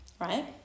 Right